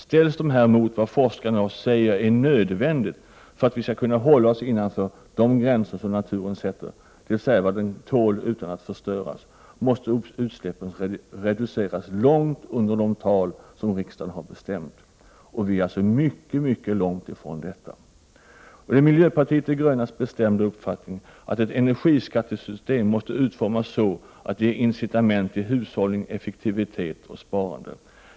Ställs detta mot vad forskarna i dag säger är nödvändigt för att vi skall kunna hålla oss innanför de gränser som naturen sätter, dvs. vad den tål utan att förstöras, måste utsläppen reduceras långt under de tal som riksdagen har bestämt. Vi är alltså mycket långt från detta. Det är miljöpartiet de grönas bestämda uppfattning att ett energiskattesystem måste utformas så att det ger incitament till hushållning, effektivitet och sparande.